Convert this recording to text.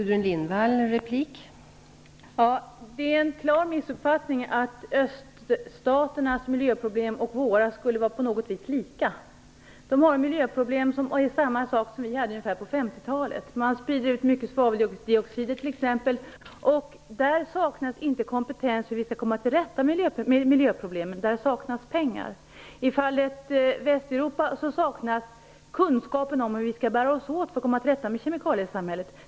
Fru talman! Det är en klar missuppfattning att öststaternas och våra miljöproblem på något vis skulle vara lika. Öststaternas miljöproblem är desamma som vi hade på 50-talet. Man sprider t.ex. ut mycket svaveldioxider. Där saknas inte kompetens när det gäller hur man skall komma till rätta med miljöproblemen, utan där saknas pengar. I fallet Västeuropa saknas kunskapen om hur vi skall bära oss åt för att vi skall komma till rätta med kemikaliesamhället.